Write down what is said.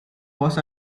was